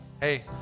Hey